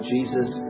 Jesus